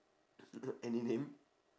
any name